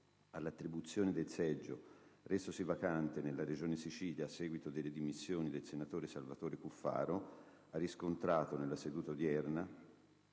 all'attribuzione del seggio resosi vacante nella Regione Siciliana, a seguito delle dimissioni del senatore Salvatore Cuffaro, ha riscontrato, nella seduta di